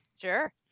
Sure